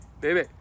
baby